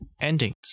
endings